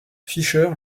fisher